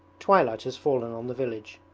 twilight has fallen on the village.